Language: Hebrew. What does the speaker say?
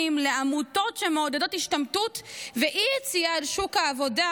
לעמותות שמעודדות השתמטות ואי-יציאה אל שוק העבודה,